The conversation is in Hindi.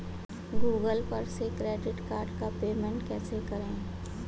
गूगल पर से क्रेडिट कार्ड का पेमेंट कैसे करें?